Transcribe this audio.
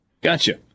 Gotcha